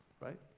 right